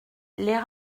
les